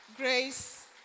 Grace